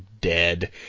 dead